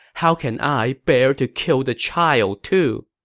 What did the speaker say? how can i bear to kill the child, too?